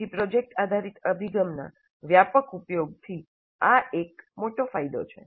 તેથી પ્રોજેક્ટ આધારિત અભિગમના વ્યાપક ઉપયોગથી આ એક મોટો ફાયદો છે